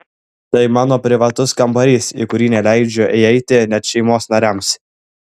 tai mano privatus kambarys į kurį neleidžiu įeiti net šeimos nariams